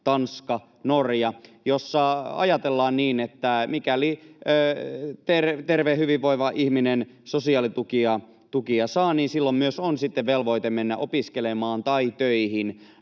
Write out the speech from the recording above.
Tanskassa ja Norjassa ajatellaan niin, että mikäli terve, hyvinvoiva ihminen sosiaalitukia saa, niin silloin myös on sitten velvoite mennä opiskelemaan tai töihin,